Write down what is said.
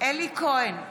אלי כהן,